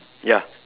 ya